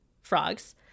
frogs